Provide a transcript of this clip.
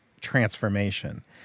transformation